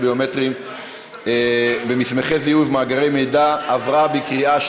ביומטריים במסמכי זיהוי ובמאגר מידע (תיקון והוראת שעה),